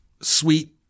sweet